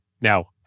now